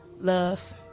love